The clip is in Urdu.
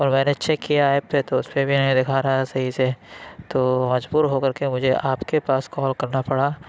اور میں نے چیک کیا ہے اُس پہ بھی نہیں دکھا رہا ہے صحیح سے تو مجبور ہو کر کے مجھے آپ کے پاس کال کرنا پڑا